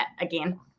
again